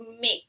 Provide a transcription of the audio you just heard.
make